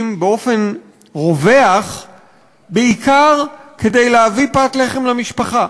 באופן רווח בעיקר כדי להביא פת לחם למשפחה.